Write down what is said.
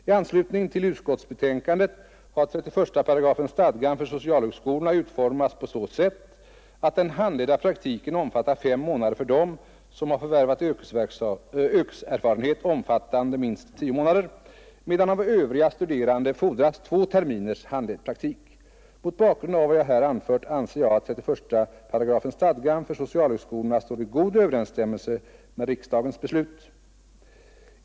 I anslutning till utskottsbetänkandet har 31 § stadgan för socialhögskolorna utformats på så sätt att den handledda praktiken omfattar fem månader för dem som har förvärvat yrkeserfarenhet omfattande minst tio månader, medan av övriga studerande fordras två terminers handledd praktik. Mot bakgrund av vad jag här anfört anser jag att 31 § stadgan för socialhögskolorna står i god överensstämmelse med riksdagens beslut.